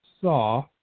saw